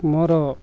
ମୋର